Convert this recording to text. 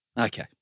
Okay